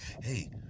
hey